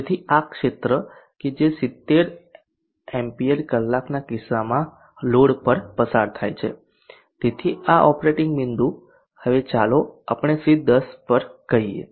તેથી આ ક્ષેત્ર કે જે 70A કલાકના કિસ્સામાં લોડ પર પસાર થાય છે તેથી આ ઓપરેટિંગ બિંદુ હવે ચાલો આપણે C10 પર કહીએ